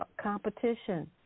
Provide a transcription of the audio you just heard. competition